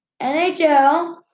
NHL